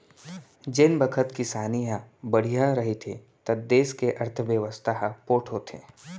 जेन बखत किसानी ह बड़िहा रहिथे त देस के अर्थबेवस्था ह पोठ होथे